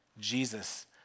Jesus